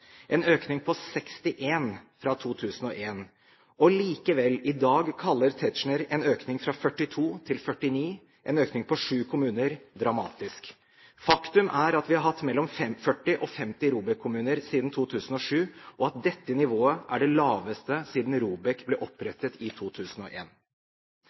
en økning på 61 fra 2001. Likevel kaller Tetzschner i dag en økning fra 42 til 49, en økning på 7 kommuner, dramatisk. Faktum er at vi har hatt mellom 40 og 50 ROBEK-kommuner siden 2007, og at dette nivået er det laveste siden ROBEK-registeret ble